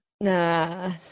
Nah